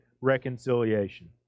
reconciliation